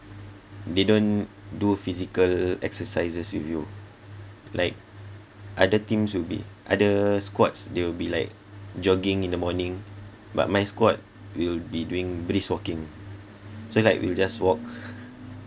didn't do physical exercises with you like other teams will be other squads they'll be like jogging in the morning but my squad will be doing brisk walking so like we'll just walk